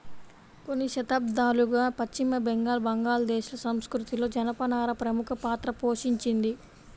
కొన్ని శతాబ్దాలుగా పశ్చిమ బెంగాల్, బంగ్లాదేశ్ ల సంస్కృతిలో జనపనార ప్రముఖ పాత్ర పోషించింది